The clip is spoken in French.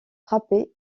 frappé